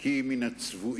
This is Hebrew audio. כי אם מן הצבועים,